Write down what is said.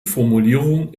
formulierung